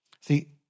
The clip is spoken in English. See